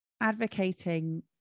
advocating